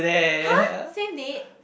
!huh! same date